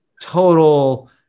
total